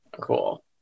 Cool